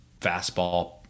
fastball